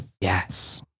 Yes